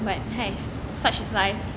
but !hais! such as life